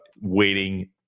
waiting